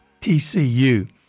TCU